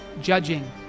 judging